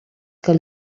que